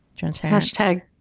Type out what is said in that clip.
Hashtag